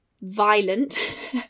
violent